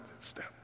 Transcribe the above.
step